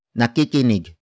nakikinig